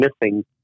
missing